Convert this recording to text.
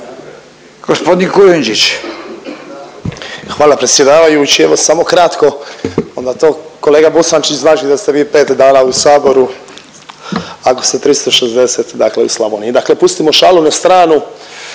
Hvala predsjedavajući, evo samo kratko. Onda to kolega Bosančić znači da ste vi 5 dana u saboru ako ste 360 dakle u Slavoniji, dakle pustimo šalu u stranu.